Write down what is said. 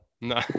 No